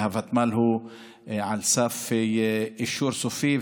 והוותמ"ל הוא על סף אישור סופי,